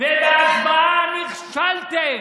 ובהצבעה נכשלתם,